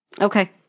okay